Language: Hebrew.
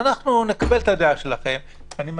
אנחנו נקבל את הדעה שלכם,